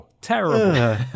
Terrible